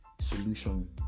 solution